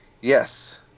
Yes